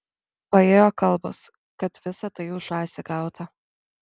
paėjo kalbos kad visa tai už žąsį gauta